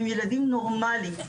הם ילדים נורמליים,